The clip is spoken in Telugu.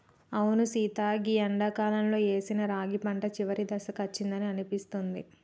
అవును సీత గీ ఎండాకాలంలో ఏసిన రాగి పంట చివరి దశకు అచ్చిందని అనిపిస్తుంది